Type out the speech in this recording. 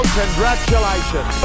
congratulations